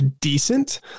decent